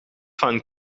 van